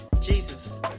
Jesus